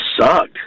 sucked